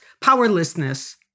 powerlessness